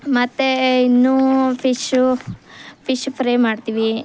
ಮತ್ತು ಇನ್ನು fish fish fry ಮಾಡ್ತೀವಿ